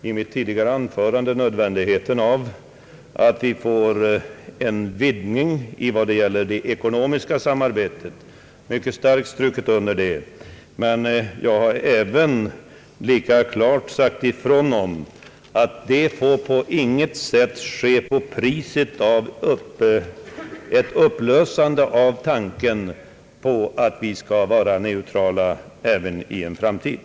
I mitt tidigare anförande uttryckte jag också nödvändigheten av att det ekonomiska samarbetet vidgas — jag underströk det mycket starkt. Men jag sade lika klart ifrån, att detta på intet sätt får ske till priset av att vi ger upp tanken på att vara neutrala även i framtiden.